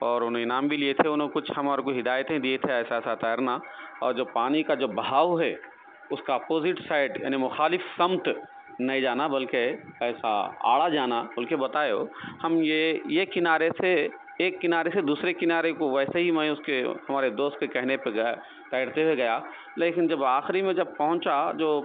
اور انہیں انعام بھی لیے تھے انہوں نے کچھ ہمارے کو ہدایتیں دیئے تھے ایسا ایسا تیرنا اور جو پانی کا جو بہاؤ ہے اس کا اپوزٹ سائڈ یعنی مخالف سمت نہیں جانا بلکہ ایسا آڑا جانا بول کے بتائے وہ ہم یہ یہ کنارے سے ایک کنارے سے دوسرے کنارے کو ویسے ہی میں اس کے ہمارے دوست کے کہنے پہ گیا تیرتے ہوئے گیا لیکن جب آخری میں جب پہنچا جو